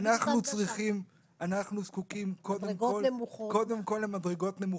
אנחנו זקוקים, קודם כל, למדרגות נמוכות.